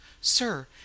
sir